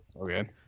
okay